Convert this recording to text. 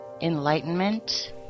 enlightenment